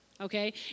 Okay